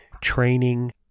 training